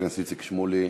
חבר הכנסת איציק שמולי.